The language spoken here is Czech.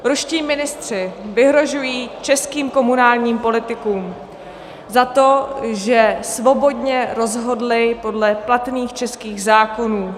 Ruští ministři vyhrožují českým komunálním politikům za to, že svobodně rozhodli podle platných českých zákonů.